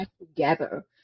together